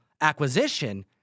acquisition